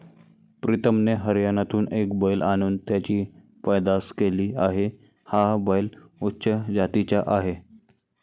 प्रीतमने हरियाणातून एक बैल आणून त्याची पैदास केली आहे, हा बैल उच्च जातीचा आहे